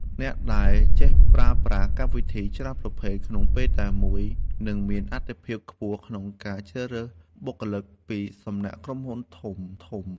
អ្នកដែលចេះប្រើប្រាស់កម្មវិធីច្រើនប្រភេទក្នុងពេលតែមួយនឹងមានអាទិភាពខ្ពស់ក្នុងការជ្រើសរើសបុគ្គលិកពីសំណាក់ក្រុមហ៊ុនធំ។